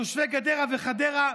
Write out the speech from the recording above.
תושבי גדרה וחדרה,